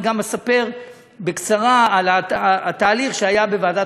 אני גם אספר בקצרה על התהליך שהיה בוועדת